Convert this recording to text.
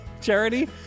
charity